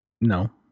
No